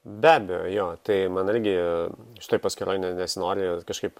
be abejo jo tai man irgi šitoj paskyroj ne nesinori kažkaip